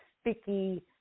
sticky